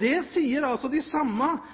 Det sier altså de samme